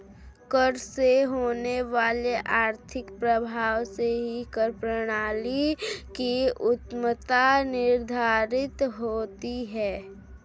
कर से होने वाले आर्थिक प्रभाव से ही कर प्रणाली की उत्तमत्ता निर्धारित होती है